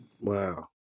Wow